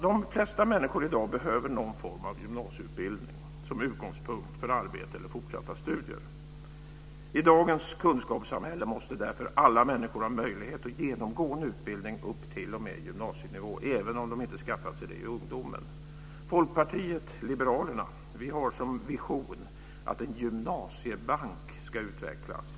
De flesta människor behöver i dag någon form av gymnasieutbildning som utgångspunkt för arbete eller fortsatta studier. I dagens kunskapssamhälle måste därför alla människor ha möjlighet att genomgå en utbildning upp till och med gymnasienivå, även om de inte skaffat sig det i ungdomen. Folkpartiet liberalerna har som vision att en gymnasiebank ska utvecklas.